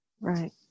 Right